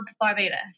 Barbados